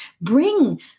bring